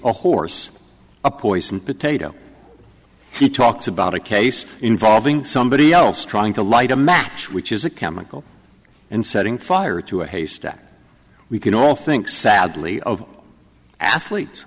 a horse a poisoned potato he talks about a case involving somebody else trying to light a match which is a chemical and setting fire to a haystack we can all think sadly of athletes